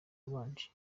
wabanje